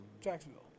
Jacksonville